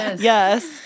Yes